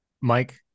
Mike